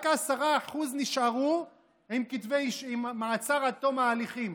רק 10% נשארו עם מעצר עד תום ההליכים.